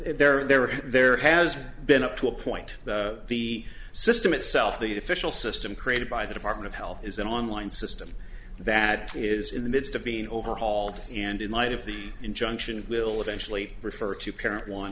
there are there has been up to a point the system itself the official system created by the department of health is an online system that is in the midst of being overhauled and in light of the injunction will eventually refer to parent one